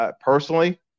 Personally